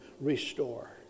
restore